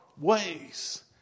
ways